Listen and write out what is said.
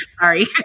Sorry